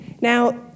Now